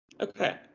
Okay